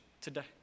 today